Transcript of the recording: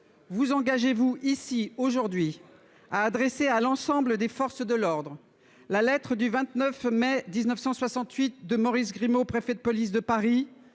vous engagez-vous ici aujourd'hui a adressé à l'ensemble des forces de l'ordre. La lettre du 29 mai 1968 de Maurice Grimaud, préfet de police de Paris